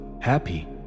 happy